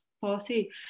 party